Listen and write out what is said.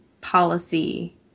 policy